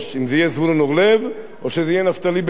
אם זה יהיה זבולון אורלב או שזה יהיה נפתלי בנט,